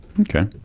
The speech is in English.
Okay